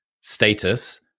status